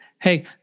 hey